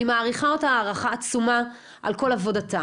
מעריכה אותה הערכה עצומה על כל עבודתה.